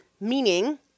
meaning